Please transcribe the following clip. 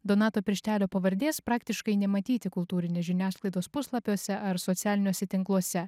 donato pirštelio pavardės praktiškai nematyti kultūrinės žiniasklaidos puslapiuose ar socialiniuose tinkluose